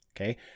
Okay